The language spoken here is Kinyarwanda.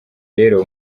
rero